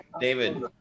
david